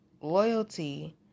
loyalty